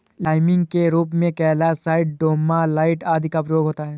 liming के रूप में कैल्साइट, डोमालाइट आदि का प्रयोग होता है